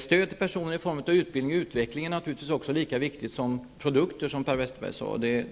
Stöd till personer i form av utbildning och utveckling är naturligtvis lika viktigt som produkterna, som Per Westerberg sade.